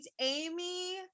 Amy